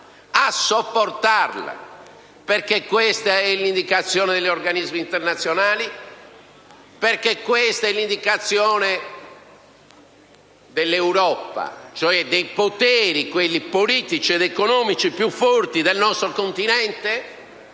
a sopportarla? Perché questa è l'indicazione degli organismi internazionali; questa è l'indicazione dell'Europa, cioè dei poteri politici ed economici più forti del nostro continente.